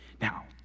Now